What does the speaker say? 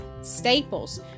staples